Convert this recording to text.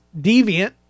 deviant